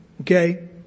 Okay